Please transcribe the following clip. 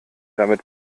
dann